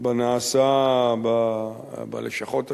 בנעשה בלשכות השונות,